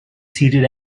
seated